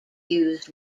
used